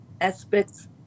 aspects